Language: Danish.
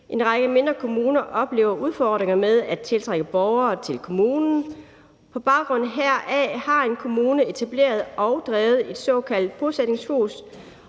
En række mindre kommuner oplever udfordringer med at tiltrække borgere til kommunen. På baggrund heraf har en kommune etableret og drevet et såkaldt bosætningshus,